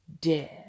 Dead